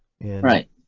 Right